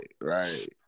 Right